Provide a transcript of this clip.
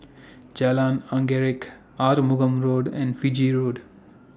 Jalan Anggerek Arumugam Road and Fiji Road